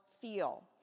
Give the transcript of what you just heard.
feel